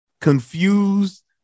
confused